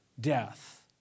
death